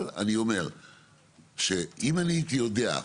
אבל אני אומר שאם הייתי יודע,